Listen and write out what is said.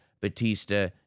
Batista